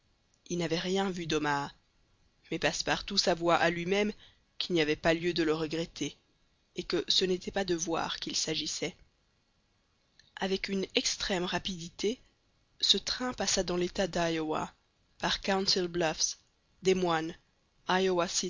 ils n'avaient rien vu d'omaha mais passepartout s'avoua à lui-même qu'il n'y avait pas lieu de le regretter et que ce n'était pas de voir qu'il s'agissait avec une extrême rapidité ce train passa dans l'état d'iowa par council bluffs des moines